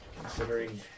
Considering